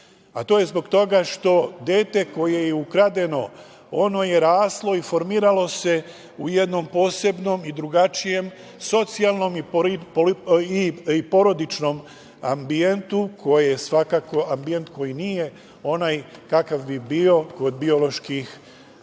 To je zbog toga što dete koje je ukradeno je raslo i formiralo se u jednom posebnom i drugačijem socijalnom i porodičnom ambijentu, koji je svakako ambijent koji